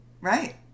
Right